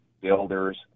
builders